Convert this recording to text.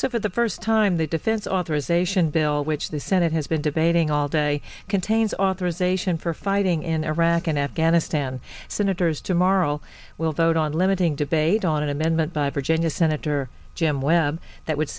so for the first time the defense authorization bill which the senate has been debating all day contains authorization for fighting in iraq and afghanistan senators tomorrow will vote on limiting debate on an amendment by virginia senator jim webb that would